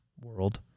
World